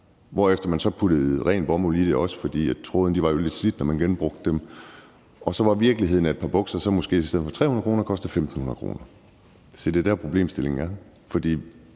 hvorefter man så puttede ren bomuld i det også, for trådene var jo lidt slidte, når man genbrugte dem. Og så var virkeligheden, at et par bukser måske i stedet for at koste 300 kr. kostede 1.500 kr. Det er der, problemstillingen er.